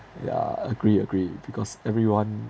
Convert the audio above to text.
yeah agree agree because everyone